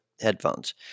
headphones